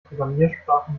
programmiersprachen